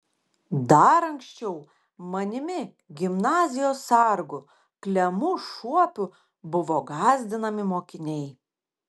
dar anksčiau manimi gimnazijos sargu klemu šuopiu buvo gąsdinami mokiniai